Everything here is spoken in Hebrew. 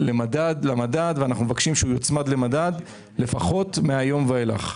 אנחנו מבקשים שהוא יוצמד למדד לפחות מהיום ואילך.